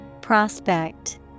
Prospect